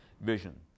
vision